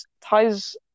ties